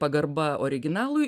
pagarba originalui